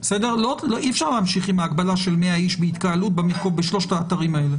אי אפשר להמשיך עם ההגבלה של 100 איש בהתקהלות בשלושת האתרים האלה.